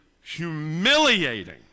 humiliating